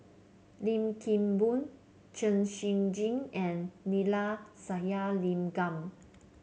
Lim Kim Boon Chen Shiji and Neila Sathyalingam